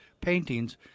paintings